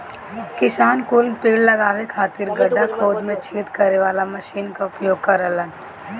किसान कुल पेड़ लगावे खातिर गड़हा खोदे में छेद करे वाला मशीन कअ उपयोग करेलन